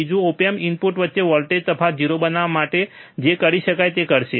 બીજું op amp input વચ્ચે voltage તફાવત 0 બનાવવા માટે જે કરી શકે તે કરશે